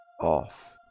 off